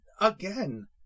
again